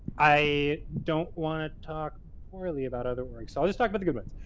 i don't want to talk poorly about other work, so i'll just talk about the good ones.